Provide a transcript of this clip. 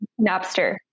Napster